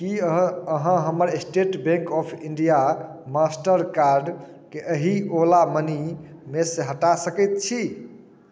की अहाँ अहाँ हमर स्टेट बैँक ऑफ इण्डिया मास्टरकार्डके एहि ओला मनीमेसँ हटा सकै छी